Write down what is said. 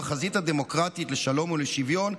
"החזית הדמוקרטית לשלום ולשוויון",